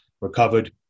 recovered